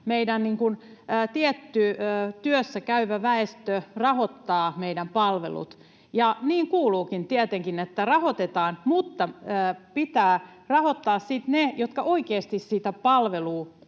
meidän tietty työssäkäyvä väestö rahoittaa meidän palvelut, ja niin kuuluukin olla, tietenkin, että rahoitetaan, mutta pitää rahoittaa sitten niille, jotka oikeasti sitä palvelua